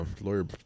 lawyer